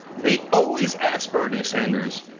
they always ask bernie sanders,